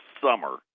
summer